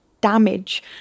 damage